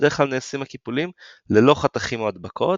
בדרך-כלל נעשים הקיפולים ללא חתכים או הדבקות,